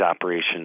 operations